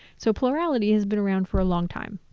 so plurality has been around for a long time.